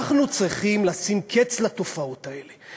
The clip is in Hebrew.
אנחנו צריכים לשים קץ לתופעות האלה.